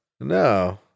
No